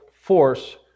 force